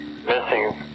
missing